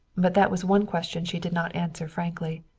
but that was one question she did not answer frankly.